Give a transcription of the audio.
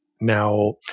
Now